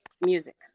music